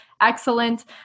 excellent